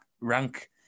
rank